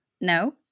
No